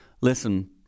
Listen